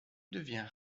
devient